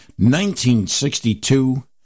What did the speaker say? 1962